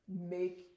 make